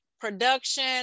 production